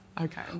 Okay